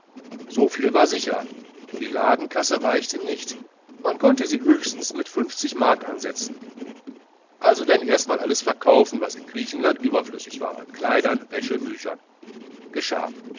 so viel war sicher die ladenkasse reichte nicht man konnte sie höchstens mit fünfzig mark ansetzen also denn erstmal alles verkaufen was in griechenland überflüssig war an kleidern wäsche büchern geschah